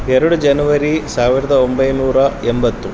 ಎರಡು ಜನ್ವರಿ ಸಾವಿರದ ಒಂಬೈನೂರ ಎಂಬತ್ತು